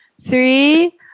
Three